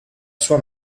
sua